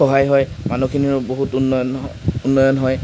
সহায় হয় মানুহখিনিৰো বহুত উন্নয়ন উন্নয়ন হয়